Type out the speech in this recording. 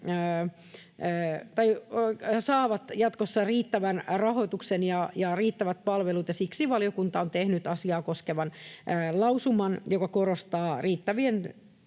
saavat jatkossa riittävän rahoituksen ja riittävät palvelut, ja siksi valiokunta on tehnyt asiaa koskevan lausuman, joka korostaa riittävien